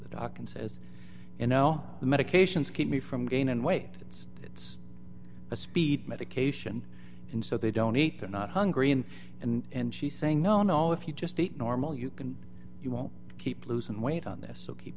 the doc and says you know the medications keep me from gaining weight it's it's a speed medication and so they don't eat they're not hungry and and she's saying no no if you just eat normal you can you will keep losing weight on this so keep